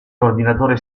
coordinatore